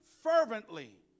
fervently